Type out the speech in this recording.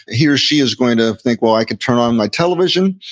he or she is going to think, well, i could turn on my television.